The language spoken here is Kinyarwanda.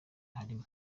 harimo